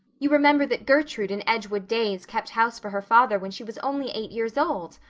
you remember that gertrude in edgewood days kept house for her father when she was only eight years old.